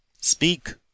Speak